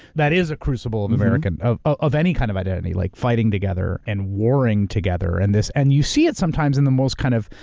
that is a crucible of of any kind of identity, like fighting together and warring together and this, and you see it sometimes in the most kind of,